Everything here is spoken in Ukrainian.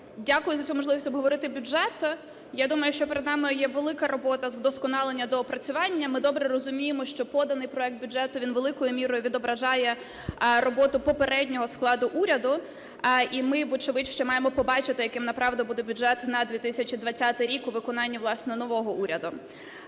дякую за цю можливість обговорити бюджет. Я думаю, що перед нами є велика робота з удосконалення і доопрацювання, ми добре розуміємо, що поданий проект бюджету, він великою мірою відображає роботу попереднього складу уряду. І ми вочевидь ще маємо побачити, яким направду буде бюджет на 2020 рік у виконанні, власне, нового уряду.